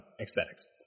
aesthetics